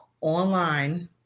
online